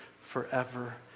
forever